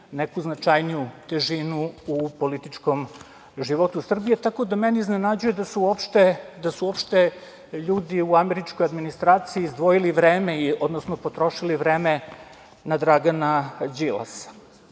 neku značajniju težinu u političkom životu Srbije, tako da mene iznenađuje da su uopšte ljudi u američkoj administraciji izdvojili vreme, odnosno potrošili vreme na Dragana Đilasa. Može